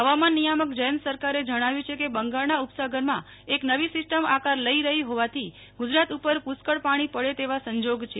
હવામાન નિયામક જયંત સરકારે જણાવ્યુ છે કે બંગાળના ઉપસાગરમાં એક નવી સિસ્ટમ આકાર લઈ રહી હોવાથી ગુજરાત ઉપર પુષ્કળ પાણી પડે તેવા સંજોગ છે